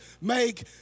make